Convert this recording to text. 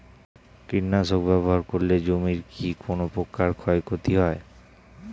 কীটনাশক ব্যাবহার করলে জমির কী কোন প্রকার ক্ষয় ক্ষতি হয়?